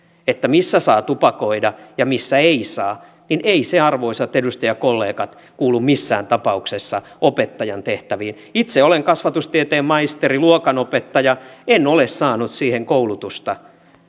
siinä missä saa tupakoida ja missä ei saa se ei arvoisat edustajakollegat kuulu missään tapauksessa opettajan tehtäviin itse olen kasvatustieteen maisteri luokanopettaja en ole saanut siihen koulutusta